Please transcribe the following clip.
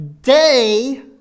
day